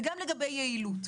וגם לגבי יעילות.